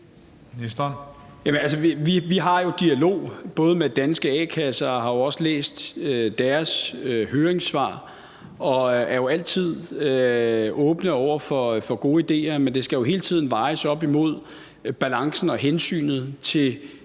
Vi har jo en dialog med Danske A-kasser og har også læst deres høringssvar, og vi er altid åbne over for gode idéer, men det skal jo hele tiden vejes op imod balancen og hensynet til